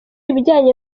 ibijyanye